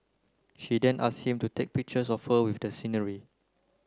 she then asked him to take pictures of her with the scenery